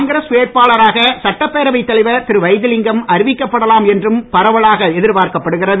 காங்கிரஸ் வேட்பாளராக சட்டப்பேரவைத் தலைவர் திரு வைத்திலிங்கம் அறிவிக்கப்படலாம் என்றும் பரவலாக எதிர்பார்க்கப்படுகிறது